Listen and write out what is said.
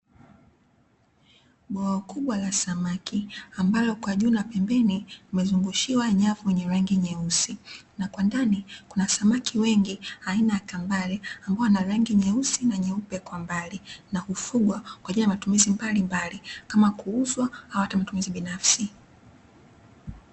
Bwawa kubwa la samaki ambalo kwa juu na pembeni limezungushiwa nyavu yenye rangi nyeusi, na kwa ndani kuna samaki wengi aina ya kambale ambao wana rangi nyeusi na nyeupe, kwa mbali na kufugwa kwa ajili ya matumizi mbalimbali kama kuuzwa au hata matumizi binafsi.